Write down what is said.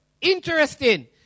interesting